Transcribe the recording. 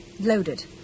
Loaded